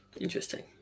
Interesting